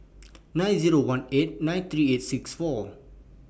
nine Zero one eight nine three eight six four